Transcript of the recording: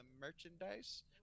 merchandise